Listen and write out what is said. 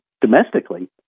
domestically